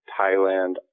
Thailand